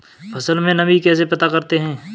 फसल में नमी कैसे पता करते हैं?